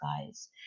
guys